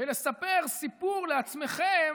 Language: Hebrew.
ולספר סיפור לעצמכם